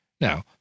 Now